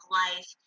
life